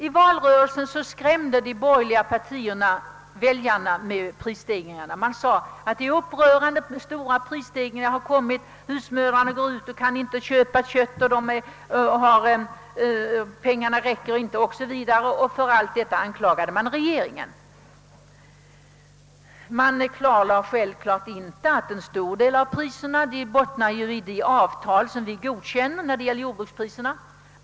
I valrörelsen skrämde de borgerliga partierna och kommunisterna väljarna med de stora prisstegringarna som de ansåg upprörande. För allt anklagades regeringen. Man klarlade självfallet inte att en stor del av prisstegringarna berodde på de avtal som riksdagen har godkänt beträffande jordbrukspriserna.